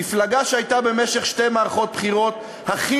מפלגה שהייתה במשך שתי מערכות בחירות הכי